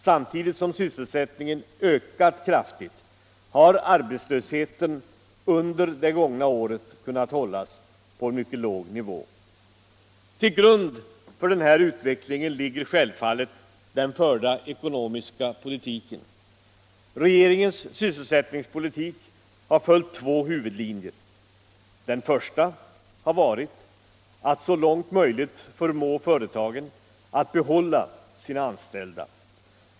Samtidigt som sysselsättningen ökat kraftigt har arbetslösheten under 1975 kunnat hållas på en mycket låg nivå. Till grund för denna utveckling ligger självfallet den förda ekonomiska politiken. Regeringens sysselsättningspolitik har följt två huvudlinjer; den första har varit att så långt möjligt förmå företagen att behålla sina anställda.